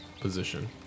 position